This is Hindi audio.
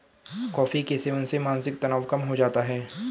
कॉफी के सेवन से मानसिक तनाव कम हो जाता है